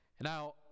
Now